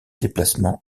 déplacements